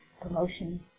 promotion